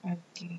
okay